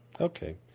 Okay